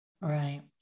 Right